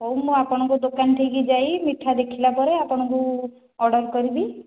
ହେଉ ମୁଁ ଆପଣଙ୍କ ଦୋକାନ ଠିକି ଯାଇ ମିଠା ଦେଖିଲା ପରେ ଆପଣଙ୍କୁ ଅର୍ଡ଼ର କରିବି